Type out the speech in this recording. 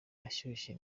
ashyushye